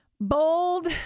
Bold